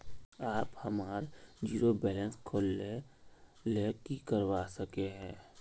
आप हमार zero balance खोल ले की करवा सके है?